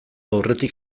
aurretik